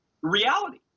reality